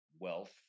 wealth